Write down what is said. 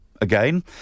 again